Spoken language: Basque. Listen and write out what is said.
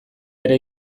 ere